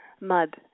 mud